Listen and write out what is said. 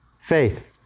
faith